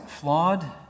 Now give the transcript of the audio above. flawed